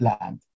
land